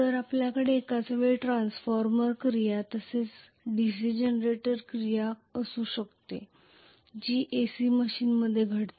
तर आपल्याकडे एकाच वेळी ट्रान्सफॉर्मर क्रिया तसेच DC जनरेटर क्रिया असू शकते जी AC मशीनमध्ये घडते